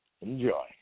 enjoy